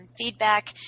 feedback